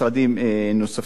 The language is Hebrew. ובמשרדים נוספים.